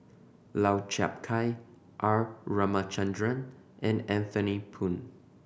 Lau Chiap Khai R Ramachandran and Anthony Poon